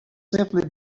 simply